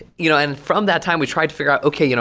you know and from that time we tried to figure out, okay, you know